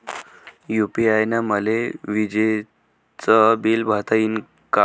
UPI न मले विजेचं बिल भरता यीन का?